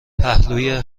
پهلوی